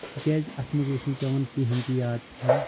تِکیازِ اَتھ منٛز اوس نہٕ پیٚوان کِہینۍ تہِ یاد تھاوُن